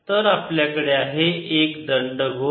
तर आपल्याकडे आहे एक दंडगोल